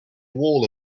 wall